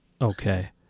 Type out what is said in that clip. Okay